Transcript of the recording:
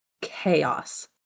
chaos